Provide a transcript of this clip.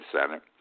Senate